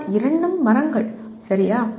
ஆனால் இரண்டும் மரங்கள் சரியா